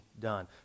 done